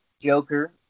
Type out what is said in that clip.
Joker